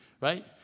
right